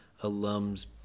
alum's